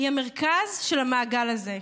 היא המרכז של המעגל הזה.